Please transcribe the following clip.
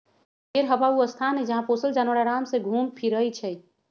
घेरहबा ऊ स्थान हई जहा पोशल जानवर अराम से घुम फिरइ छइ